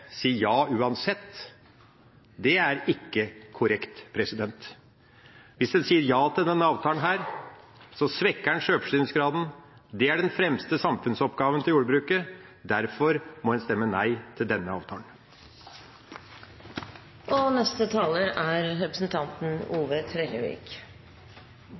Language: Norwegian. si at en bare skal si ja uansett, er ikke korrekt. Hvis en sier ja til denne avtalen, svekker en sjølforsyningsgraden. Det er den fremste samfunnsoppgaven til jordbruket. Derfor må en stemme nei til denne avtalen. Representanten